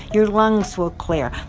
your lungs will clear.